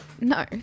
No